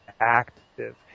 active